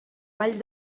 vall